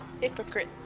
Hypocrite